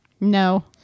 No